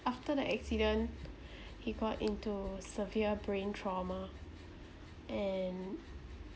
after the accident he got into severe brain trauma and